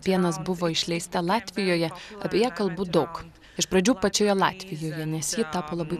pienas buvo išleista latvijoje apie ją kalbu daug iš pradžių pačioje latvijoje nes ji tapo labai